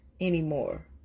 anymore